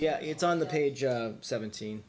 yeah it's on the page seventeen